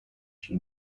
she